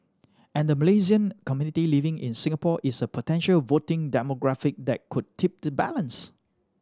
and the Malaysian community living in Singapore is a potential voting demographic that could tip the balance